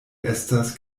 estas